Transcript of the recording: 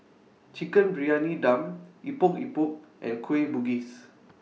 Chicken Briyani Dum Epok Epok and Kueh Bugis